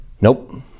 Nope